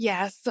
Yes